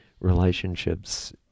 relationships